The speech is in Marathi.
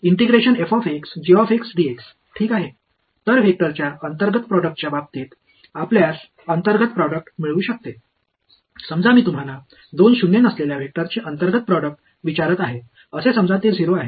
ठीक आहे तर वेक्टरच्या अंतर्गत प्रोडक्टच्या बाबतीत आपल्यास अंतर्गत प्रोडक्ट मिळू शकते समजा मी तुम्हाला दोन शून्य नसलेल्या वेक्टरचे अंतर्गत प्रोडक्ट विचारत आहे असे समजा ते 0 आहे